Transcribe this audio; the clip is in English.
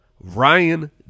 Ryan